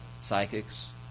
psychics